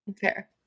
Fair